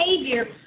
behavior